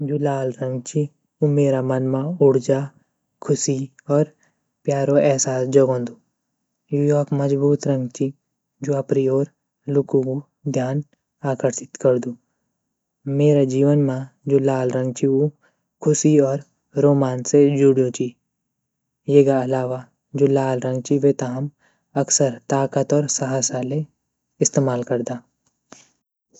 जू लाल रंग ची उ मेरा मन म ऊर्जा, ख़ुशी, और प्यारो एहसास जगोंदू यू योक मज़बूत रंग ची जू अपरि ओर लुकु ग ध्यान आकर्षित कर्दू मेरा जीवन म जू लाल रंग ची उ ख़ुशी और रोमांस से जूड्यू ची येगा अलावा जू लाल रंग ची वेता हम अक्सर ताक़त और साहस आ ले इस्तेमाल करदा।